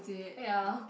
ya